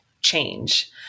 change